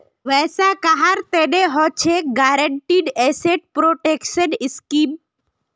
वैसा कहार तना हछेक गारंटीड एसेट प्रोटेक्शन स्कीम